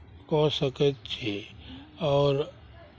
कऽ सकैत छी आओर